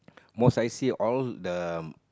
most I see all the